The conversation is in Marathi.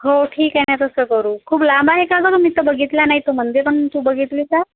हो ठीक आहे ना तसं करू खूप लांब आहे का गं मग मी तर बघितला नाही तो मंदिर पण तू बघितली का